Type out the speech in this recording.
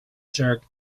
jerk